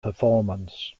performance